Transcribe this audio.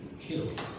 killed